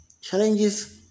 challenges